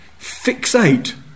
fixate